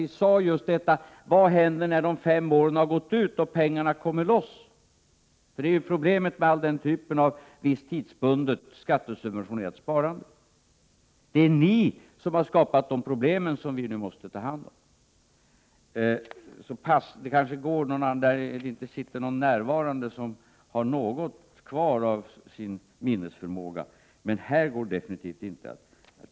Vi frågade just: Vad händer när de fem åren har gått och pengarna kommer loss? Det är ju problemet med den typen av tidsbundet, skattesubventionerat sparande. Det är ni som har skapat det problem som vi nu måste ta hand om. Det kanske går att framföra detta någon annanstans, där det inte finns någon närvarande som har kvar något av sin minnesförmåga, men här går det definitivt inte.